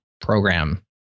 program